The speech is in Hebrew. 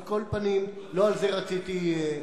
על כל פנים, לא על זה רציתי לדבר.